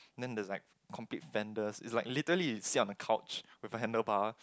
then there's like complete fenders it's like literally you sit on a couch with a handle bar